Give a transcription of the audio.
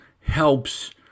helps